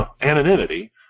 anonymity